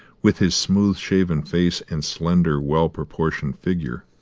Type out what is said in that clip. with his smooth-shaven face and slender well-proportioned figure,